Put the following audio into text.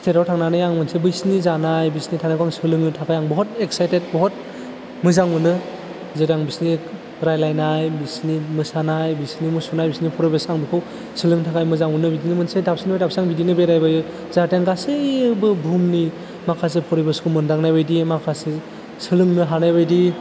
स्टेटआव थांनानै आं मोनसे बैसिनि जानाय बैसिनि थानायखौ आं सोलोंनो थाखाय आं बुहुत इकसाइटेट बुहुत मोजां मोनो जेरै आं बिसिनि रायलायनाय बिसिनि मोसानाय बिसिनि मुसुरनाय बिसिनि फरिबेस आं बेखौ सोलोंनो थाखाय मोजां मोनो बिदिनो मोनसे दाबसेनिफ्राय दाबसे आं बिदिनो बेराय बायो जाहाथे गासैबो बुहुमनि माखासे फरिबेसखौ मोनदांनाय बादि माखासे सोलोंनो हानाय बायदि